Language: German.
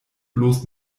bloß